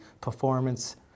performance